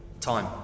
Time